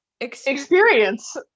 experience